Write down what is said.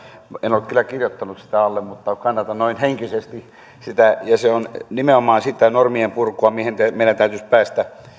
en ole kyllä kirjoittanut sitä alle mutta kannatan noin henkisesti sitä ja se on nimenomaan sitä normien purkua missä meidän täytyisi päästä